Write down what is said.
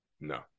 No